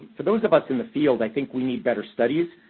for those of us in the field, i think we need better studies.